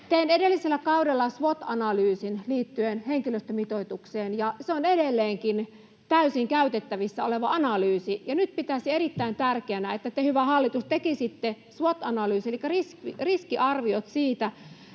Tein edellisellä kaudella swot-analyysin liittyen henkilöstömitoitukseen, ja se on edelleenkin täysin käytettävissä oleva analyysi. Nyt pitäisin erittäin tärkeänä, että te, hyvä hallitus, tekisitte swot-analyysin elikkä riskiarviot siitä,